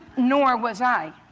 nor was i,